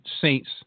Saints